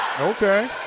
Okay